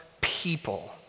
people